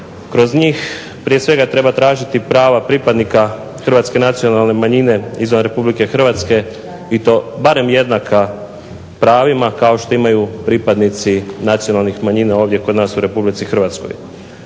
Kroz njih prije svega treba tražiti prava pripadnika hrvatske nacionalne manjine izvan Republike Hrvatske i to barem jednaka pravima kao što imaju pripadnici nacionalnih manjina ovdje kod nas u Republici Hrvatskoj,